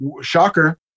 shocker